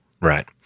Right